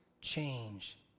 change